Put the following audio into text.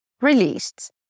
released